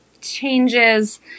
changes